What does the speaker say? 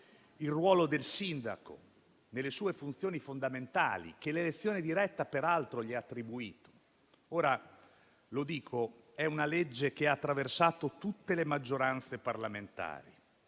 il ruolo del sindaco nelle sue funzioni fondamentali, che l'elezione diretta peraltro gli ha attribuito. È una legge che ha attraversato tutte le maggioranze parlamentari